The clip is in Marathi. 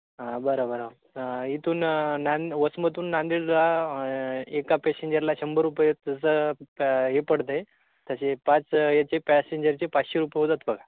हां बरं बरं इथून न्यान वचमतून नांदेडला एका पॅसेंजरला शंभर रुपये तसं प हे पडते तसे पाच याचे पॅसेंजरचे पाचशे रुपये होतात बघा